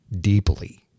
deeply